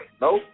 Nope